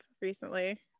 recently